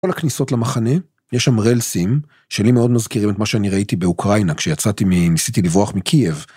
כל הכניסות למחנה, יש שם רלסים, שלי מאוד מזכירים את מה שאני ראיתי באוקראינה כשיצאתי, ניסיתי לברוח מקייב.